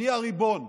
אני הריבון,